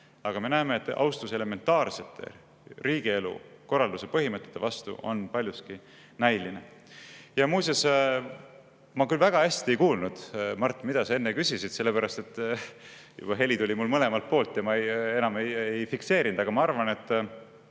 aga me näeme, et austus elementaarsete riigielu korralduse põhimõtete vastu on paljuski näiline. Muuseas, ma küll väga hästi ei kuulnud, Mart, mida sa enne küsisid, sellepärast et heli tuli mul mõlemalt poolt ja ma enam ei fikseerinud, aga ma arvan, et